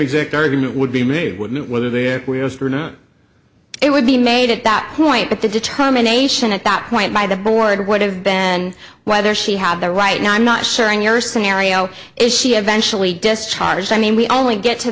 exact argument would be made whether there were it would be made at that point but the determination at that point by the board would have been whether she had the right now i'm not sure in your scenario if she eventually discharged i mean we only get to